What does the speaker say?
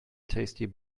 tasty